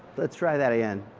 let's try that again.